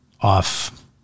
off